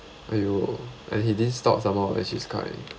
!aiyo! and he didn't stop some more which is quite